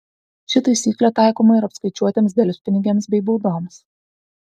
ši taisyklė taikoma ir apskaičiuotiems delspinigiams bei baudoms